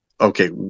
okay